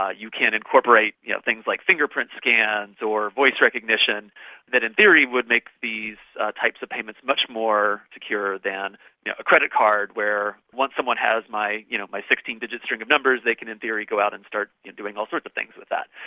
ah you can incorporate yeah things like fingerprint scans or voice recognition that in theory would make these types of payments much more secure than yeah a credit card where once someone has my you know my sixteen digit string of numbers they can in theory go out and start doing all sorts of things with it.